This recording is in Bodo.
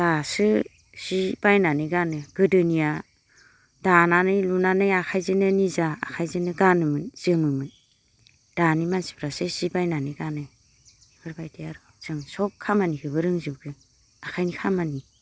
दासो सि बायनानै गानो गोदोनिया दानानै लुनानै आखाइजोंनो निजा आखाइजोंनो गानोमोन जोमोमोन दानि मानसिफ्रासो सि बायनानै गानो बेफोरबायदिनो आरो जों सब खामानिखौबो रोंजोबगौ आखाइनि खामानि